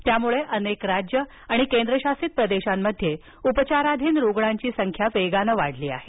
त्यामुळे अनेक राज्यं आणि केंद्रशासित प्रदेशांमध्ये उपचाराधीन रुग्णांची संख्या वेगानं वाढली आहे